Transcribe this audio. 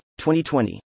2020